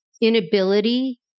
inability